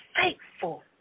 faithful